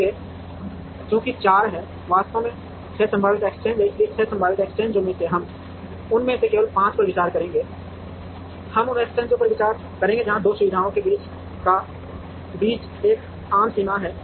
इसलिए चूंकि 4 हैं वास्तव में 6 संभावित एक्सचेंज हैं लेकिन 6 संभावित एक्सचेंजों में से हम उनमें से केवल 5 पर विचार करेंगे हम उन एक्सचेंजों पर विचार करेंगे जहां 2 सुविधाओं के बीच एक आम सीमा है